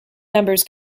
members